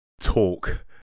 talk